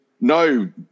no